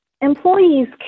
employees